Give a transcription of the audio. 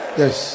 yes